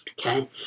Okay